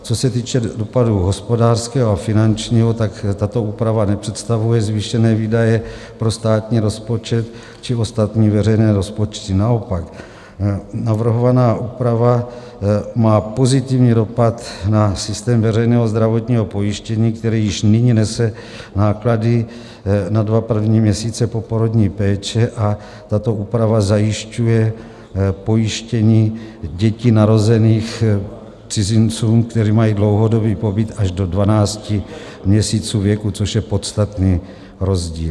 Co se týče dopadů hospodářského a finančního, tato úprava nepředstavuje zvýšené výdaje pro státní rozpočet či ostatní veřejné rozpočty, naopak, navrhovaná úprava má pozitivní dopad na systém veřejného zdravotního pojištění, který již nyní nese náklady na dva první měsíce poporodní péče, a tato úprava zajišťuje pojištění dětí narozených cizincům, kteří mají dlouhodobý pobyt, až do 12 měsíců věku, což je podstatný rozdíl.